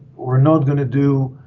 we're not going to do